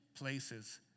places